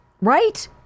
right